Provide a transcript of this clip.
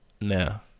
now